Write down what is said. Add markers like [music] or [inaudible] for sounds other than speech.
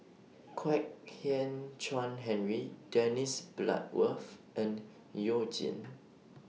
Kwek Hian Chuan Henry Dennis Bloodworth and YOU Jin [noise]